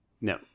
no